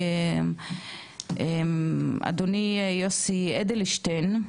אדוני, יוסי אדלשטיין,